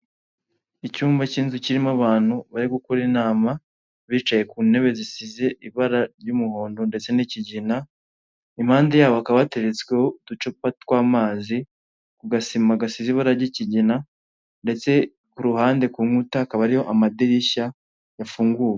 Icyumba cy'inzu kirimo abantu bari gukora inama bicaye ku ntebe zisize ibara ry'umuhondo ndetse n'ikigina, impande yabo akaba bateretsweho uducupa twa'amazi ku gasima gasize ibara ry'ikigina ndetse ku ruhande ku nkuta akaba ariyo amadirishya yafunguye.